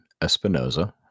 Espinoza